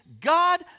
God